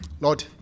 Lord